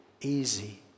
easy